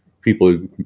people